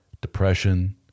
depression